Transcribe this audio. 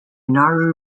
nauru